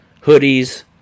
hoodies